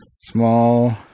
Small